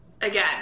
again